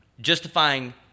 Justifying